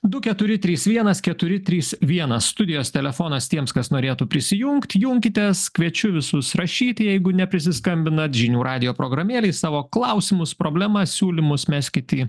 du keturi trys vienas keturi trys vienas studijos telefonas tiems kas norėtų prisijungti junkitės kviečiu visus rašyti jeigu neprisiskambinat žinių radijo programėlėj savo klausimus problemas siūlymus meskit į